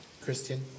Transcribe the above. Christian